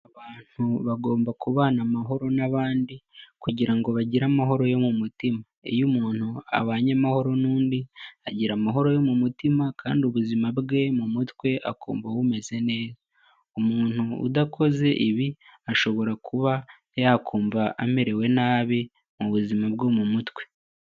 Abantu bagomba kubana amahoro n'abandi kugira ngo bagire amahoro yo mu mutima, iyo umuntu abanye amahoro n'undi agira amahoro yo mu mutima kandi ubuzima bwe mu mutwe akumva bumeze neza, umuntu udakoze ibi ashobora kuba yakumva amerewe nabi mu buzima bwo mu mutwe.